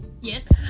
Yes